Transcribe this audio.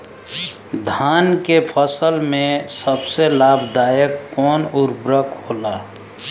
धान के फसल में सबसे लाभ दायक कवन उर्वरक होला?